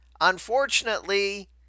unfortunately